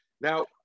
Now